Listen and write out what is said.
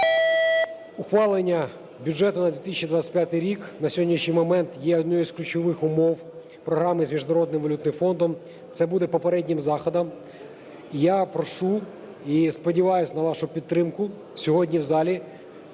Ухвалення бюджету на 2025 рік на сьогоднішній момент є однією з ключових умов Програми з Міжнародним валютним фондом, це буде попереднім заходом. Я прошу і сподіваюсь на вашу підтримку сьогодні в залі